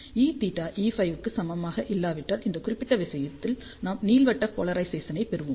Eθ Eφ க்கு சமமாக இல்லாவிட்டால் அந்த குறிப்பிட்ட விஷயத்தில் நாம் நீள்வட்ட போலரைசேசன் ஐப் பெறுவோம்